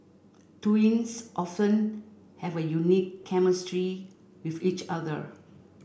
twins often have a unique chemistry with each other